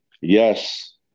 Yes